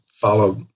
follow